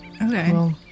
Okay